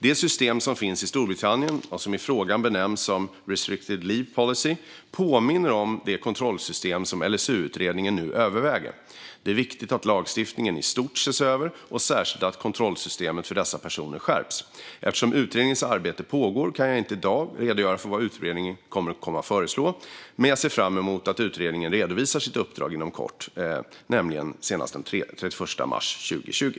Det system som finns i Storbritannien och som i frågan benämns som restricted leave policy påminner om det kontrollsystem som LSU-utredningen nu överväger. Det är viktigt att lagstiftningen i stort ses över och särskilt att kontrollsystemet för dessa personer skärps. Eftersom utredningens arbete pågår kan jag inte i dag redogöra för vad utredningen kommer att föreslå, men jag ser fram emot att utredaren redovisar sitt uppdrag inom kort, nämligen senast den 31 mars 2020.